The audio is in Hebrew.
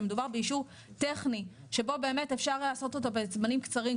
שמדובר באישור טכני שבו באמת אפשר לעשות אותו בזמנים קצרים,